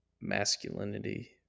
masculinity